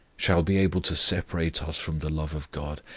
shall be able to separate us from the love of god,